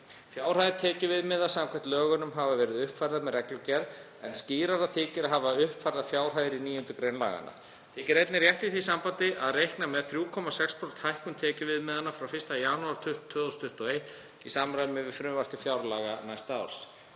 Fjárhæðir tekjuviðmiða samkvæmt lögunum hafa verið uppfærðar með reglugerð en skýrara þykir að hafa uppfærðar fjárhæðir í 9. gr. laganna. Þykir einnig rétt í því sambandi að reikna með 3,6% hækkun tekjuviðmiðanna frá 1. janúar 2021 í samræmi við frumvarp til fjárlaga næsta árs.